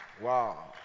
Wow